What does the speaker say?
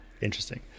Interesting